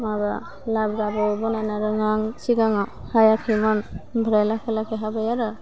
माबा लाब्राबो बानायनो रोङा आं सिगाङाव हायाखैमोन ओमफ्राय लाखै लाखै हाबाय आरो